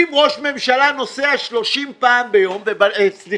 אם ראש ממשלה נוסע 30 פעם בשנה,